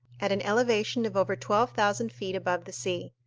at an elevation of over twelve thousand feet above the sea.